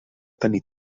tenir